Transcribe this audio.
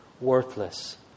worthless